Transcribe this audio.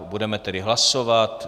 Budeme tedy hlasovat.